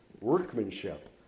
Workmanship